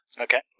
Okay